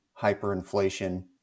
hyperinflation